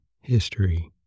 History